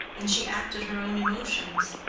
and she acted her own emotions.